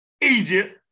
Egypt